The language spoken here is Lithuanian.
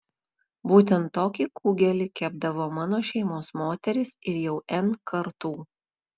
būtent tokį kugelį kepdavo mano šeimos moterys ir jau n kartų